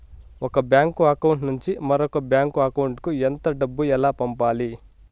ఒక bank account నుంచి మరొక బ్యాంకు అకౌంట్ కు ఎంత డబ్బు ఎలా పంపాలి